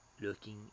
looking